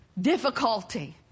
difficulty